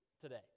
today